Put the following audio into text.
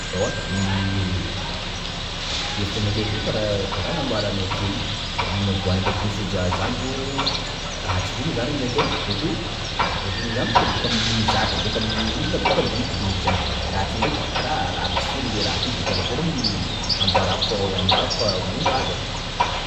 Ewa i hevitra nakahy koa karaha nambaranao tio iny, ronono ovana ndraiky sôza zany zio, ah tsy ronono zany aminakahy ai, bokeo ronono zany boaka aminy zaka boaka aminy olona, boaka aminy biby ronono zany, raha ty ndraiky karaha ranon-tsira i raha ty, de karakory moa ambarako ambarako fa ronono raha zany.